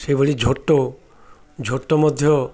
ଏଭଳି ଝୋଟ ଝୋଟ ମଧ୍ୟ